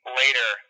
later